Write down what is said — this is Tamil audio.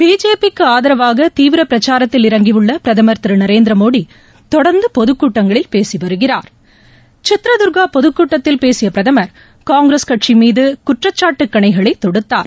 பிஜேபிக்கு ஆதரவாக தீவிர பிரச்சாரத்தில் இறங்கியுள்ள பிரதமர் திரு மோடி தொடர்ந்து பொதுக்கூட்டிங்களில் பொதுக்கிறாா் சித்ரதர்கா பொதுக்கூட்டத்தில் பேசிய பிரதமர் காங்கிரஸ் கட்சி மீது குற்றச்சாட்டு கணைகளை தொடுத்தார்